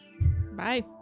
Bye